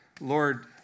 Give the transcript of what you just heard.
Lord